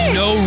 no